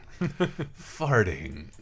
Farting